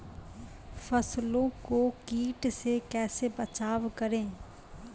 फसलों को कीट से कैसे बचाव करें?